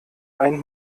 ein